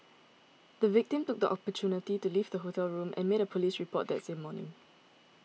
the victim took the opportunity to leave the hotel room and made a police report that same morning